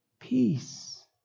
Peace